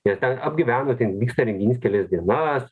jie ten apgyvena ten vyksta renginys kelias dienas